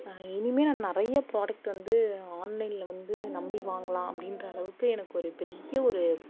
இனிமேல் நான் நிறைய ப்ராடக்ட் வந்து ஆன்லன்ல வந்து நம்பி வாங்கலாம் அப்படின்ற அளவுக்கு எனக்கு ஒரு பெரிய ஒரு